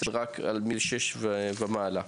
רק גיל 6 ומעלה.